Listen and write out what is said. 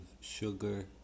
sugar